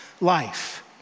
life